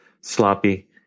sloppy